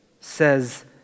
says